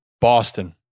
Boston